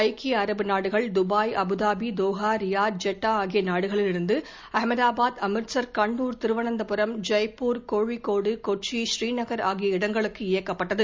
ஐக்கிய அரபு நாடுகள் Dubai Abu Dhabi Doha Riyadh Jeddah ஆகிய நாடுகளிலிருந்து அகமதாபாத் அம்ரித்சர் கண்னூர் திருவளந்தபுரம் ஜெய்பூர் கோழிக்கோடு கொச்சி பூநீநகர் ஆகிய இடங்களுக்கு இயக்கப்பட்டது